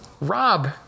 Rob